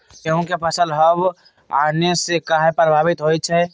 गेंहू के फसल हव आने से काहे पभवित होई छई?